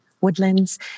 Woodlands